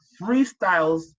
freestyles